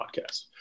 podcast